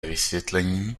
vysvětlení